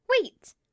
Wait